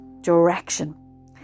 direction